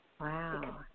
Wow